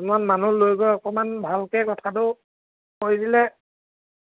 যিমান মানুহ লৈ গৈ অকণমান ভালকৈ কথাটো কৈ দিলে